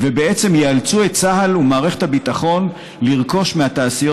ובעצם יאלצו את צה"ל ומערכת הביטחון לרכוש מהתעשיות